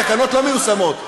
התקנות לא מיושמות.